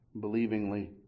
believingly